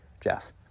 Jeff